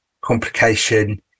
complication